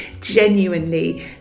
genuinely